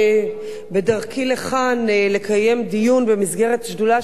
בדרכי לכאן לקיים דיון במסגרת שדולה שאני